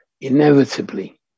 inevitably